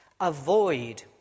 Avoid